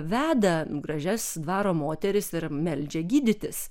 veda gražias dvaro moteris ir meldžia gydytis